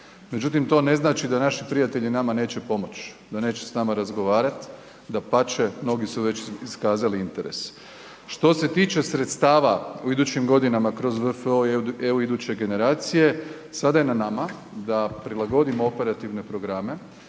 Međutim, to ne znači da naši prijatelji nama neće pomoć, da neće s nama razgovarat dapače, mnogi su već iskazali interes. Što se tiče sredstava u idućim godinama kroz VFO EU iduće generacije, sada je na nama da prilagodimo operativne programe,